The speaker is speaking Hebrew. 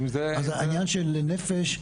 אז העניין של לנפש,